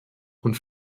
und